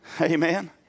Amen